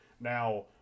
now